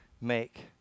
make